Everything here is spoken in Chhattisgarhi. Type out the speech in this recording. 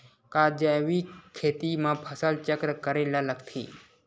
का जैविक खेती म फसल चक्र करे ल लगथे?